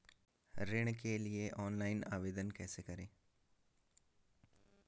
ऋण के लिए ऑनलाइन आवेदन कैसे करें?